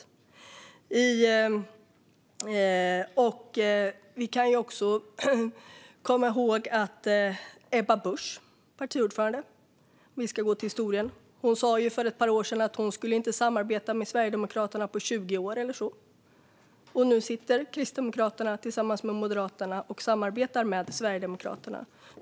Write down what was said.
Om vi nu ska titta på historien kan vi också komma ihåg att partiordföranden Ebba Busch för ett par år sedan sa att hon inte skulle samarbeta med Sverigedemokraterna på 20 år eller så - och nu sitter Kristdemokraterna, tillsammans med Moderaterna, och samarbetar med Sverigedemokraterna.